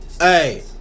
Hey